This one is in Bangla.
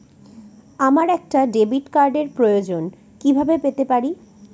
আমার একটা ডেবিট কার্ডের প্রয়োজন কিভাবে পেতে পারি?